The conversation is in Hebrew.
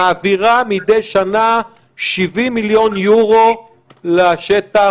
מעבירה מדי שנה 70 מיליון יורו לשטח,